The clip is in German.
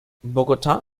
bogotá